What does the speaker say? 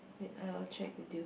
wait I will check with you